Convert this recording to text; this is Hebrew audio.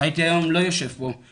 שהייתי היום לא יושב פה,